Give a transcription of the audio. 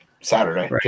Saturday